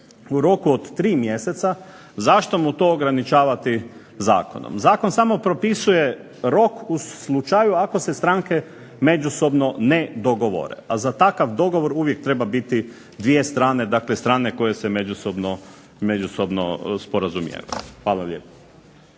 u roku od 3 mjeseca, zašto mu to ograničavati zakonom. Zakon samo propisuje rok u slučaju ako se stranke međusobno ne dogovore, a za takav dogovor uvijek treba biti dvije strane, dakle dvije strane koje se međusobno sporazumijevanju. Hvala lijepo.